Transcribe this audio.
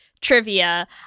Trivia